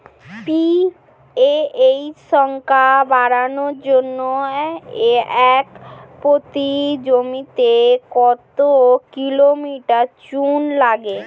PH সংখ্যা বাড়ানোর জন্য একর প্রতি জমিতে কত কিলোগ্রাম চুন লাগে?